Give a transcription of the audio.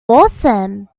awesome